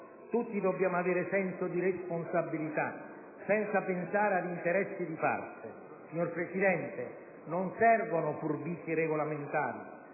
tutti dobbiamo avere senso di responsabilità, senza pensare ad interessi di parte. Signor Presidente, non servono furbizie regolamentari,